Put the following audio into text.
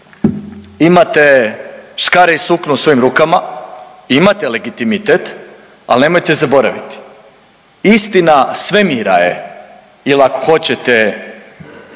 imate škare i sukno u svojim rukama, imate legitimitet, ali nemojte zaboraviti. Istina svemira ili ako hoćete